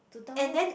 to download